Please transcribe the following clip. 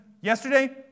yesterday